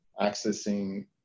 accessing